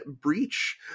Breach